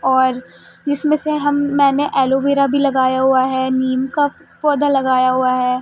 اور جس میں سے ہم میں نے ایلو ویرا بھی لگایا ہوا ہے نیم کا پودا لگایا ہوا ہے